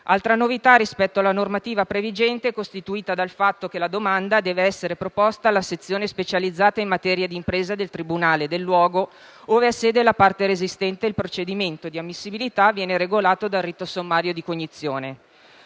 Altra novità rispetto alla normativa previgente è costituita dal fatto che la domanda deve essere proposta alla sezione specializzata in materia di impresa del tribunale del luogo ove ha sede la parte resistente e che il procedimento di ammissibilità viene regolato dal rito sommario di cognizione.